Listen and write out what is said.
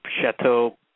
Chateau